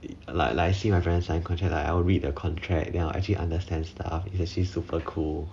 like like I see my friends sign contract like I'll read the contract then I'll like actually understands stuffs it's actually super cool